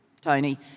Tony